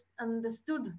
understood